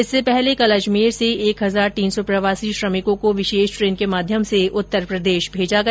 इससे पहले कल अजमेर से एक हजार तीन सौ प्रवासी श्रमिकों को विशेष ट्रेन के माध्यम से उत्तरप्रदेश भेजा गया